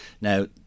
Now